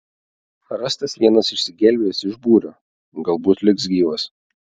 rastas vienas išsigelbėjęs iš būrio galbūt liks gyvas